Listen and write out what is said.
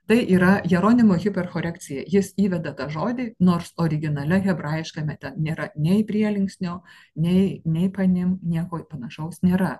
tai yra jeronimo hiperkorekcija jis įveda tą žodį nors originale hebrajiškame ten nėra nei prielinksnio nei nei panim nieko panašaus nėra